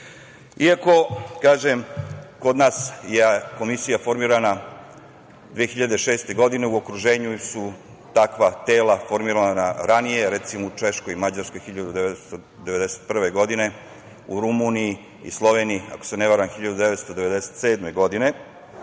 položaja. Kažem, kod nas je Komisija formirana 2006. godine, u okruženju su takva tela formirana ranije. Recimo u Češkoj i Mađarskoj 1991. godine, u Rumuniji i Sloveniji, ako se ne varam, 1997. godine. Od